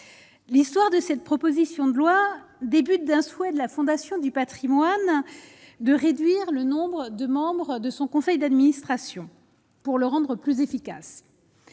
l'histoire de cette proposition de loi début d'un souhait de la Fondation du Patrimoine, de réduire le nombre de membres de son conseil d'administration pour le rendre plus efficace,